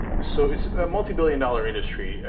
so is a multibillion-dollar industry,